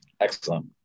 Excellent